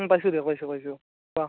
পাইছো দিয়ক পাইছো পাইছো কোৱা